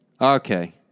Okay